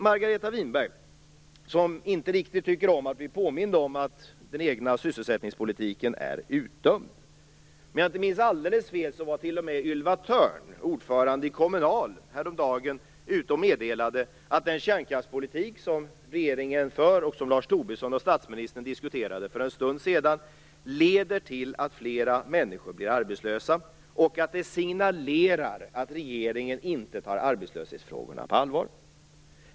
Margareta Winberg tycker inte riktigt om att bli påmind om att hennes egen sysselsättningspolitik är utdömd. Om jag inte minns alldeles fel meddelade Ylva Thörn, ordförande i Kommunal, häromdagen t.o.m. att den kärnkraftspolitik som regeringen för och som Lars Tobisson och statsministern diskuterade för en stund sedan leder till att flera människor blir arbetslösa och att detta signalerar att regeringen inte tar arbetslöshetsfrågorna på allvar.